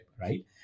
right